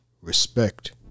Respect